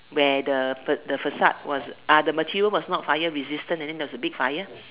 where the the facade was ah the material was not fire resistant and then there was a big fire